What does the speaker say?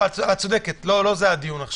צודקת זה לא הדיון.